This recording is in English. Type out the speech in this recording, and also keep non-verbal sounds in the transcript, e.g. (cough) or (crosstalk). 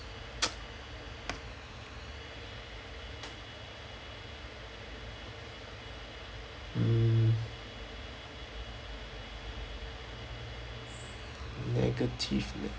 (noise) (noise) um negatively